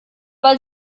weil